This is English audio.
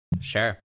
Sure